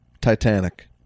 titanic